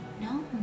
no